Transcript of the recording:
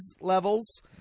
levels